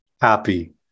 happy